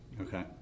Okay